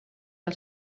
del